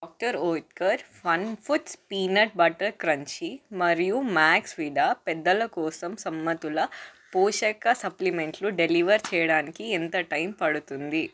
doctor Oetker fun foods peanut butter crunchy మరియు Maxvida పెద్దల కోసం సమ్మతుల పోషక సప్లిమెంట్లు డెలివర్ చేయడానికి ఎంత టైం పడుతుంది